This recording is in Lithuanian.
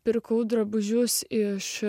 pirkau drabužius iš